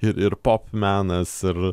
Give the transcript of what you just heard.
ir ir pop menas ir